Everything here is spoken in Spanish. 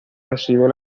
recibe